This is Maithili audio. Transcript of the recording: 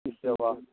की सेवा